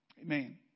amen